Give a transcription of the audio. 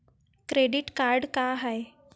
Credit card का हाय?